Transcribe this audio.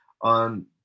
on